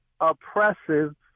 oppressive